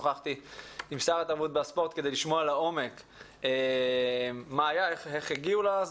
אני מתכבד לפתוח את ישיבת הועדה